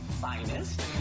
finest